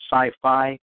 sci-fi